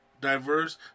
diverse